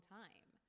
time